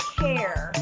care